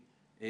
להוביל